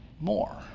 more